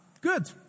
Good